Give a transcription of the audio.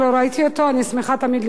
אני שמחה תמיד לראות אותו.